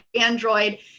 Android